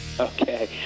Okay